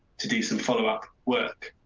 to do some follow-up work.